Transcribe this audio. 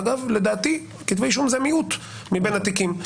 אגב, לדעתי כתבי אישום זה המיעוט מבין התיקים.